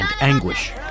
anguish